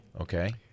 okay